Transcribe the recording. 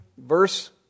Verse